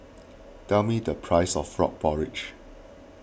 tell me the price of Frog Porridge